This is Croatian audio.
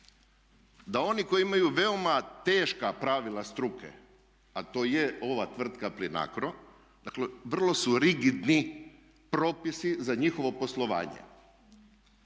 da oni koji imaju veoma teška pravila struke, a to je ova tvrtka Plinacro, dakle vrlo su rigidni propisi za njihovo poslovanje,